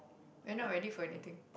you're not ready for anything